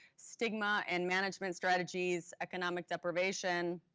stigma and management strategies, economic deprivation.